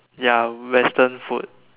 ya Western food